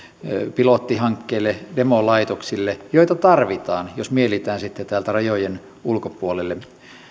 pilottihankkeille demolaitoksille joita tarvitaan jos mielitään sitten täältä rajojen ulkopuolelle